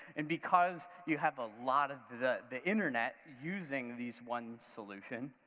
and because you have a lot of the the internet using these one solution